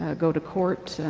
ah go to courts,